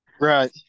Right